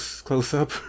close-up